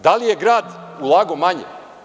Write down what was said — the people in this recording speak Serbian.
Da li je grad ulagao manje?